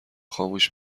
خاموش